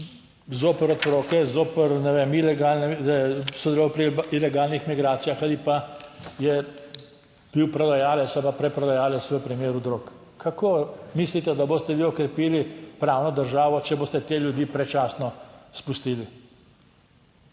zoper otroke, zoper, ne vem, ilegalne, je sodeloval pri ilegalnih migracijah ali pa je bil prodajalec ali pa preprodajalec v primeru drog. Kako mislite, da boste vi okrepili pravno državo, če boste te ljudi predčasno spustili?